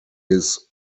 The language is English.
his